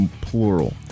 plural